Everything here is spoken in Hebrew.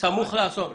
סמוך לאסון.